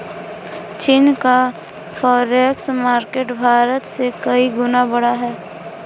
चीन का forex market Bharat से कई गुना बड़ा है